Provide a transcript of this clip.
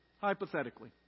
Hypothetically